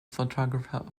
photographer